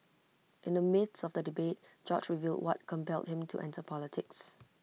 in the midst of the debate George revealed what compelled him to enter politics